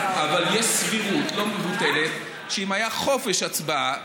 אבל יש סבירות לא מבוטלת שאם היה חופש הצבעה,